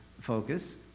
focus